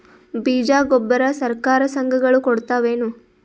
ಬೀಜ ಗೊಬ್ಬರ ಸರಕಾರ, ಸಂಘ ಗಳು ಕೊಡುತಾವೇನು?